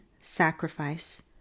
sacrifice